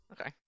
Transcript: Okay